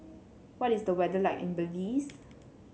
what is the weather like in Belize